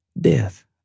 death